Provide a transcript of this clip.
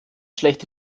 schlechte